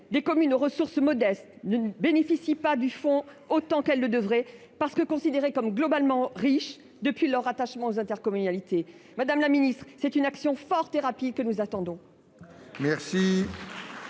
des communes aux ressources modestes ne bénéficient pas de ce fonds autant qu'elles le devraient, parce qu'elles sont considérées comme globalement riches depuis leur rattachement aux intercommunalités. Madame la ministre, nous attendons une action forte et rapide de la part du